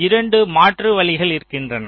2 மாற்று வழிகள் இருக்கின்றன